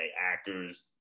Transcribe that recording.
actors